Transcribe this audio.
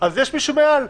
אז יש מישהו מעל,